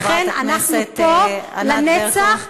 לכן אנחנו פה לנצח,